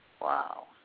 Wow